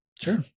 Sure